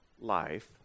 life